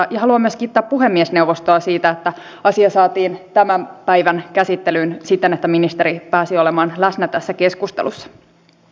haluan myös kiittää puhemiesneuvostoa siitä että asia saatiin tämän päivän käsittelyyn siten että ministeri pääsi olemaan läsnä tässä keskustelussa